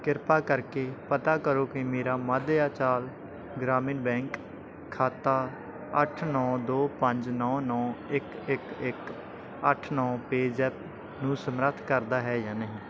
ਕਿਰਪਾ ਕਰਕੇ ਪਤਾ ਕਰੋ ਕਿ ਮੇਰਾ ਮੱਧਯਾਂਚਾਲ ਗ੍ਰਾਮੀਣ ਬੈਂਕ ਖਾਤਾ ਅੱਠ ਨੌ ਦੋ ਪੰਜ ਨੌ ਨੌ ਇੱਕ ਇੱਕ ਇੱਕ ਅੱਠ ਨੌ ਪੇਜ਼ੈਪ ਨੂੰ ਸਮਰੱਥ ਕਰਦਾ ਹੈ ਜਾਂ ਨਹੀਂ